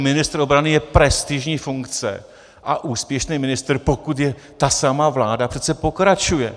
Ministr obrany je prestižní funkce a úspěšný ministr, pokud je ta samá vláda, přece pokračuje.